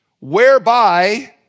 whereby